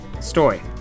story